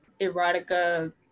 erotica